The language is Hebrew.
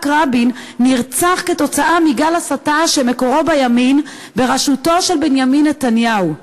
רבין נרצח כתוצאה מגל הסתה שמקורו בימין בראשותו של בנימין נתניהו,